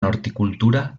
horticultura